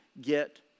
get